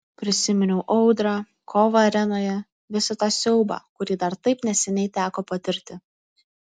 prisiminiau audrą kovą arenoje visą tą siaubą kurį dar taip neseniai teko patirti